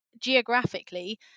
geographically